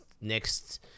next